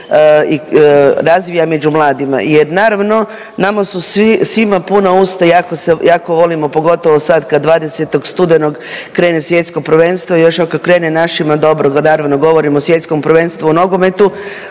se razvija među mladima jer naravno nama su svima puna usta jako volimo pogotovo sad kad 20. studenog krene svjetsko prvenstveno još ako krene našima dobro, naravno govorim o Svjetskom prvenstvu u nogometu,